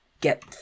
get